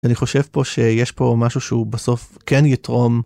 אני חושב פה שיש פה משהו שהוא בסוף כן יתרום.